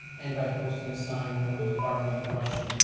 and by posting a sign on the property in question.